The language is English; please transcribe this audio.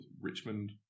Richmond